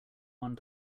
one